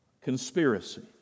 Conspiracy